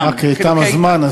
תם הזמן,